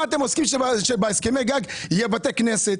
מה אתם עושים שבהסכמי גג יהיו בתי כנסת,